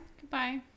Goodbye